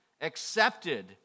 accepted